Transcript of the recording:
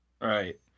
Right